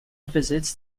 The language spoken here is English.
visits